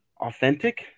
authentic